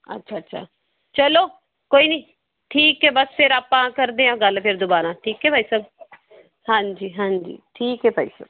ਅੱਛਾ ਅੱਛਾ ਚਲੋ ਕੋਈ ਨਹੀਂ ਠੀਕ ਹੈ ਬਸ ਫਿਰ ਆਪਾਂ ਕਰਦੇ ਹਾਂ ਗੱਲ ਫਿਰ ਦੁਬਾਰਾ ਠੀਕ ਹੈ ਬਾਈ ਸਾਹਿਬ ਹਾਂਜੀ ਹਾਂਜੀ ਠੀਕ ਹੈ ਭਾਈ ਸਾਹਿਬ